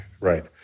Right